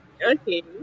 Okay